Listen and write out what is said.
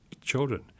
children